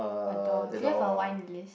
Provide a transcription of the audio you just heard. a door do you have a wine list